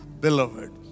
beloved